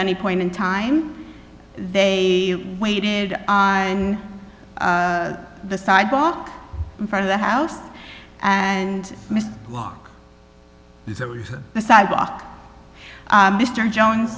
any point in time they waited on the sidewalk in front of the house and mr walk the sidewalk mr jones